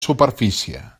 superfície